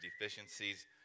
deficiencies